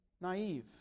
naive